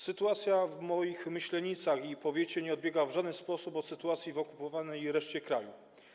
Sytuacja w moich Myślenicach i powiecie nie odbiegała w żaden sposób od sytuacji w okupowanej reszcie kraju.